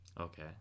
Okay